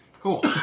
Cool